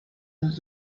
los